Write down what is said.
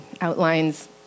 outlines